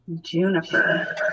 Juniper